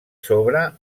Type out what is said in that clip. sobre